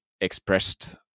expressed